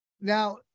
Now